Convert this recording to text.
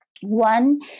One